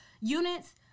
units